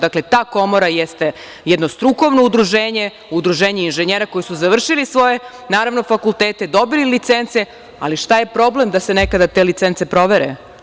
Dakle, ta komora jeste jedno strukovno udruženje, udruženje inženjera koji su završili svoje fakultete, dobili licence, ali šta je problem da se nekada te licence provere.